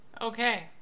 okay